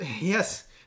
yes